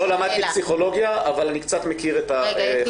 לא למדתי פסיכולוגיה, אבל אני קצת מכיר את החיים.